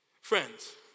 Friends